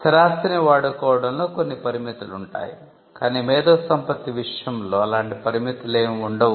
స్థిరాస్తిని వాడుకోవడంలో కొన్ని పరిమితులుంటాయి కానీ మేధో సంపత్తి విషయంలో అలాంటి పరిమితులేమి వుండవు